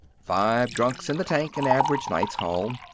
five drunks in the tank, an average night's haul.